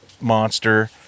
monster